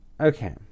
okay